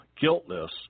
guiltless